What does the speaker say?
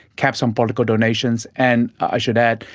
caps on political donations, and, i should add,